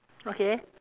okay